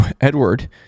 Edward